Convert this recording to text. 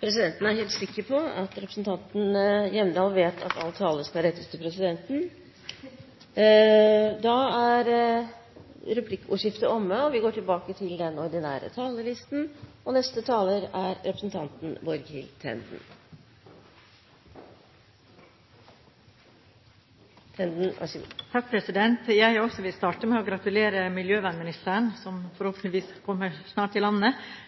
Presidenten er helt sikker på at representanten Hjemdal vet at all tale skal rettes til presidenten. Replikkordskiftet er omme. Jeg vil også starte med å gratulere miljøvernministeren, som forhåpentligvis snart kommer til landet, og den norske forhandlingsdelegasjonen med at det kom på plass en avtale. I etterkant har jeg